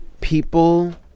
people